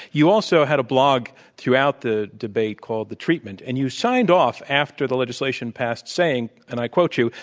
you also had a blog throughout the debate called the treatment. and you signed off, after the legislation passed, saying, and i quote you,